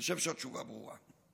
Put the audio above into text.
אני חושב שהתשובה ברורה.